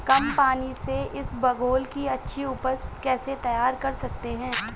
कम पानी से इसबगोल की अच्छी ऊपज कैसे तैयार कर सकते हैं?